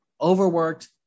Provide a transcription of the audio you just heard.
overworked